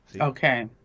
okay